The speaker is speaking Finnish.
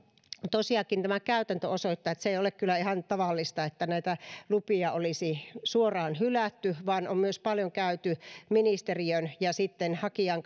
tosiaankin tämä käytäntö osoittaa että se ei ole kyllä ihan tavallista että näitä lupia olisi suoraan hylätty vaan on myös paljon käyty ministeriön ja sitten hakijan